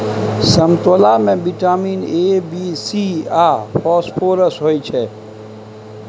समतोला मे vitamin A, B, C आ फास्फोरस होइ छै